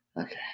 Okay